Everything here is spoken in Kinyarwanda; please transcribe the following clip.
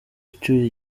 ucyuye